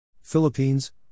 Philippines